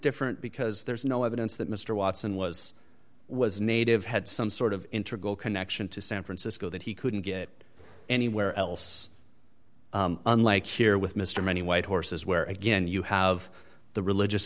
different because there is no evidence that mr watson was was native had some sort of interconnection to san francisco that he couldn't get anywhere else unlike here with mr many white horses where again you have the religious